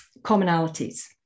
commonalities